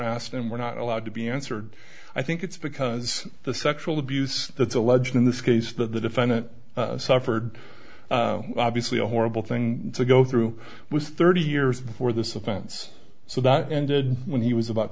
asked and were not allowed to be answered i think it's because the sexual abuse that's alleged in this case that the defendant suffered obviously a horrible thing to go through was thirty years before this offense so that ended when he was about